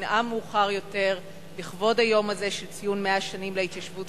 שתנאם מאוחר יותר לכבוד היום הזה של ציון 100 שנים להתיישבות